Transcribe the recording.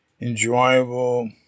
enjoyable